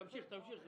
תמשיך.